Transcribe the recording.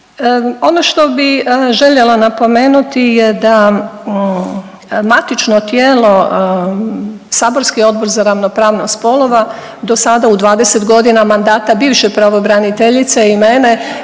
Ono što bih željela napomenuti je da matično tijelo, saborski Odbor za ravnopravnost spolova do sada u 20 godina mandata bivše pravobraniteljice i mene